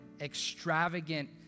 extravagant